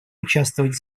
участвовать